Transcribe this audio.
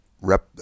Rep